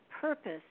purpose